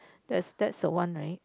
that's that's the one right